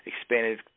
expanded